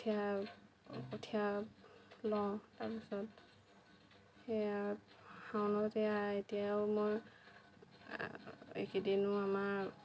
কঠীয়া কঠীয়া লওঁ তাৰপিছত সেইয়া শাওনত এইয়া এতিয়াও মই এইকেইদিনো আমাৰ